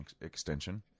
extension